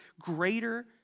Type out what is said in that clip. greater